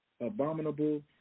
abominable